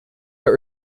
but